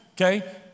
okay